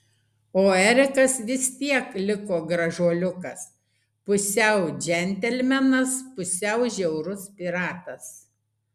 o erikas vis tiek liko gražuoliukas pusiau džentelmenas pusiau žiaurus piratas